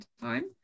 time